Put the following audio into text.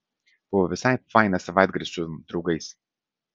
buvo visai fainas savaitgalis su draugais